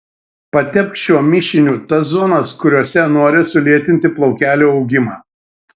patepk šiuo mišiniu tas zonas kuriose nori sulėtinti plaukelių augimą